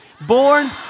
Born